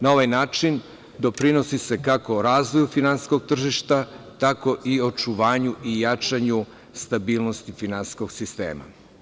Na ovaj način doprinosi se kako razvoju finansijskog tržišta, tako i očuvanju i jačanju stabilnosti finansijskog sistema.